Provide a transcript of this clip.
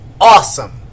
awesome